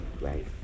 Right